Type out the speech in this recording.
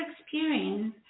experience